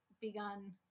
begun